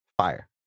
Fire